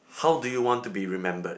how do you want to be remembered